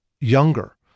younger